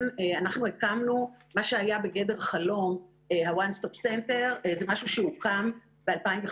אנחנו כן אפשרנו לאנשים האלה לקבל שירותי סמך נוספים בביתם,